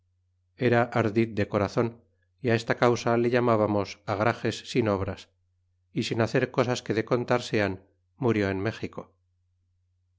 era ardid de corazon é esta causa le llamábamos agrages sin obras é sin hacer cosas que de contar sean murió en méxico